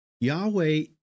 Yahweh